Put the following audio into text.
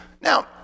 Now